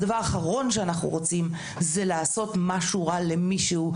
הדבר האחרון שאנחנו רוצים זה לעשות משהו רע למישהו.